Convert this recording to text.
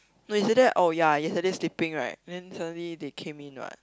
no yesterday oh ya yesterday sleeping right then suddenly they came in what